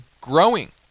growing